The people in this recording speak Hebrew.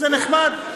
זה נחמד,